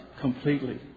completely